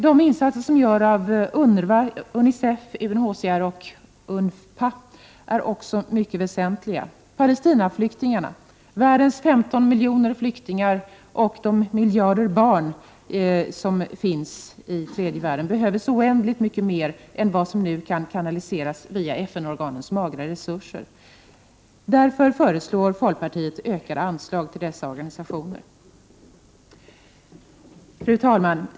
De insatser som görs av UNRWA, Unicef, UNHCR och UNFPA är också mycket väsentliga. Palestinaflyktingarna, världens 15 miljoner flyktingar och de miljarder barn som finns i tredje världen behöver så oändligt mycket mer än vad som nu kan kanaliseras via FN-organens magra resurser. Därför föreslår vi i folkpartiet ökade anslag till dessa organisationer.